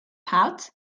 pouch